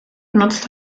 nutzt